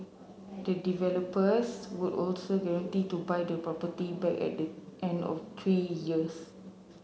the developers would also guarantee to buy the property back at the end of three years